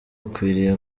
ukwiriye